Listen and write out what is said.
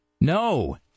No